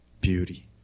beauty